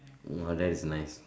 ah that is nice